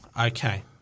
Okay